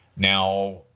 Now